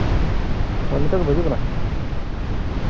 ᱦᱳᱭ ᱱᱤᱛᱚᱜ ᱜᱮᱯᱮ ᱦᱤᱡᱩᱜ ᱠᱟᱱᱟ